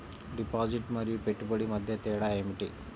Deposit మరియు పెట్టుబడి మధ్య తేడా ఏమిటి?